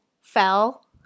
fell